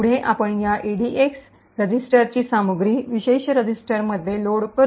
पुढे आपण या ईडीएक्स रजिस्टरची सामग्री विशिष्ट रजिस्टरमध्ये लोड करू